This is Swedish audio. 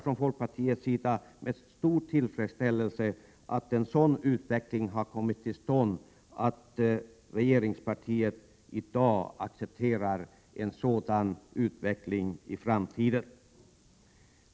Från folkpartiets sida hälsar vi med stor tillfredsställelse att regeringspartiet i dag accepterar en sådan utveckling inför framtiden.